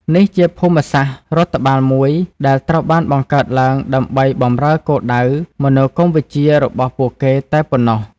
នេះជាភូមិសាស្ត្ររដ្ឋបាលមួយដែលត្រូវបានបង្កើតឡើងដើម្បីបម្រើគោលដៅមនោគមវិជ្ជារបស់ពួកគេតែប៉ុណ្ណោះ។